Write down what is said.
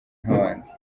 nk’abandi